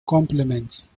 compliments